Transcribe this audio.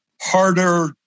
harder